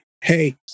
hey